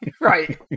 Right